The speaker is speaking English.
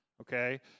okay